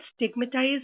stigmatize